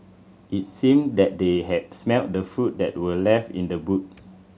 it seemed that they had smelt the food that were left in the boot